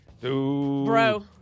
bro